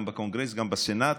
גם בקונגרס גם בסנאט,